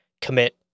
commit